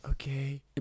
okay